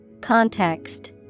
Context